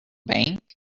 bank